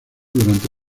durante